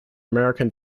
american